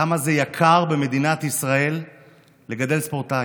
כמה זה יקר במדינת ישראל לגדל ספורטאי.